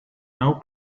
now